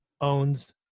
owns